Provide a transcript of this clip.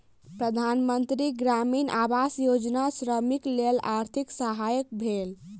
प्रधान मंत्री ग्रामीण आवास योजना श्रमिकक लेल आर्थिक सहायक भेल